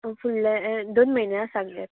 फुडले दोन म्हयने आसा सारके